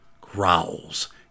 Growls